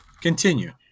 Continue